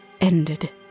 ended